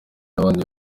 nabandi